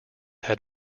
had